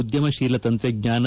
ಉದ್ಯಮಶೀಲ ತಂತ್ರಜ್ಞಾನ